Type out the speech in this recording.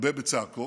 הרבה בצעקות,